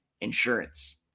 insurance